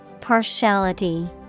Partiality